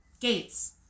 gates